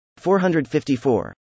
454